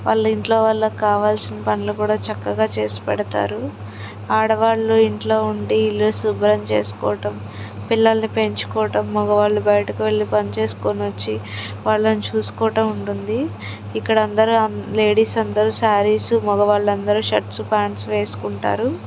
వాళ్ళ ఇంట్లో వాళ్ళకి కావాల్సిన పనులు కూడా చక్కగా చేసి పెడతారు ఆడవాళ్ళు ఇంట్లో ఉంది ఇల్లు శుభ్రం చేసుకోవడం పిల్లల్ని పెంచుకోటం మగవాళ్ళు బయటకి వెళ్ళి పని చేసుకునొచ్చి వాళ్ళని చూసుకోవటం ఉంటుంది ఇక్కడ అందరు లేడీస్ అందరు శారీస్ మగవాళ్ళు అందరు షర్ట్స్ ప్యాంట్స్ వేసుకుంటారు